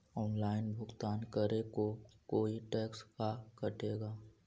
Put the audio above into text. Online भुगतान करे को कोई टैक्स का कटेगा?